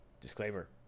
Disclaimer